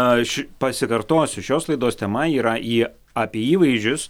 aš pasikartosiu šios laidos tema yra jie apie įvaizdžius